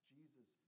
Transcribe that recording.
Jesus